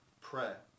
prayer